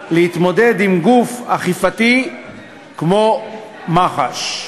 להתמודד עם גוף אכיפתי כמו מח"ש.